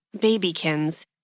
Babykins